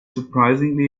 surprisingly